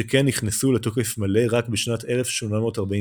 שכן נכנסו לתוקף מלא רק בשנת 1849,